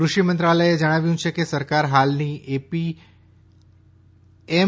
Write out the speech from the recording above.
કૃષિ મંત્રાલયે જણાવ્યું છે કે સરકાર હાલની એમ